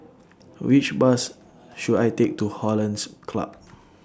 Which Bus should I Take to Hollandse Club